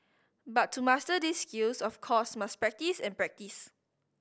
but to master these skills of course must practise and practise